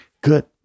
good